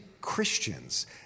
Christians